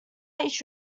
each